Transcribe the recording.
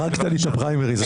הרגת לי את הפריימריז...